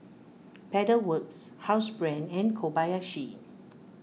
Pedal Works Housebrand and Kobayashi